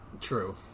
True